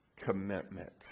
commitment